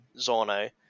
Zorno